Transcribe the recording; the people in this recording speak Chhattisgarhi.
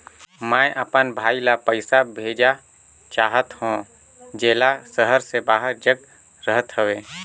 मैं अपन भाई ल पइसा भेजा चाहत हों, जेला शहर से बाहर जग रहत हवे